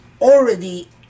already